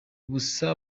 ubusa